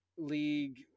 league